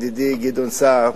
ידידי גדעון סער,